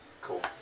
Cool